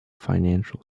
financial